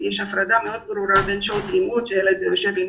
יש הפרדה מאוד ברורה בין שעות הלימוד שבהם הילד יושב עם